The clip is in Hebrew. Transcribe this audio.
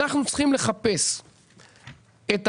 אנחנו צריכים לחפש את,